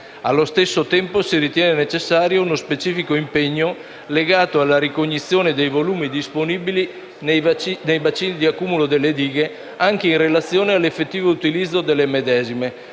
Allo stesso tempo, si ritiene necessario uno specifico impegno legato alla ricognizione dei volumi disponibili nei bacini di accumulo delle dighe, anche in relazione all’effettivo utilizzo delle medesime,